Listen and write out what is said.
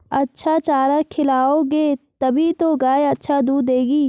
अच्छा चारा खिलाओगे तभी तो गाय अच्छा दूध देगी